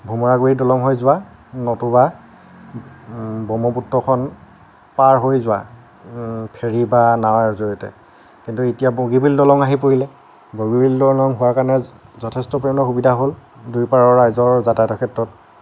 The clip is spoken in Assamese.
ভোমোৰাগুড়ি দলং হৈ যোৱা নতুবা ব্ৰহ্মপুত্ৰখন পাৰ হৈ যোৱা ফেৰী বা নাৱৰ জৰিয়তে কিন্তু এতিয়া বগীবিল দলং আহি পৰিলে বগীবিল দলং হোৱাৰ কাৰণে যথেষ্ট পৰিমাণে সুবিধা হ'ল দুয়োপাৰৰ ৰাইজৰ যাতায়াতৰ ক্ষেত্ৰত